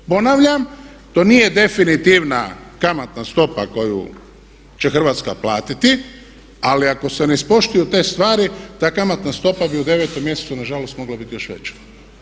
Ponavljam, to nije definitivna kamatna stopa koju će Hrvatska platiti ali ako se ne ispoštuju te stvari ta kamatna stopa bi u 9. mjesecu nažalost mogla biti još veća.